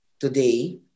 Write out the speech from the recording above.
today